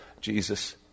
Jesus